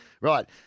Right